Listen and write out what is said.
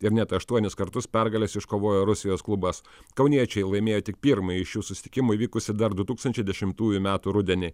ir net aštuonis kartus pergales iškovojo rusijos klubas kauniečiai laimėjo tik pirmąjį iš šių susitikimų įvykusi dar du tūkstančiai dešimtųjų metų rudenį